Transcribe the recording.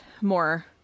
more